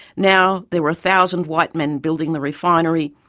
now there were a thousand white men building the refinery,